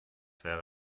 wäre